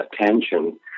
attention